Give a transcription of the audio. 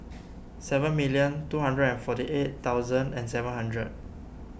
seven million two hundred and forty eight thousand and seven hundred